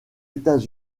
états